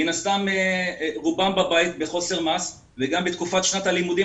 מן הסתם רובם בבית בחוסר מעש וגם בתקופת שנת הלימודים